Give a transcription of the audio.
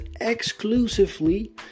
exclusively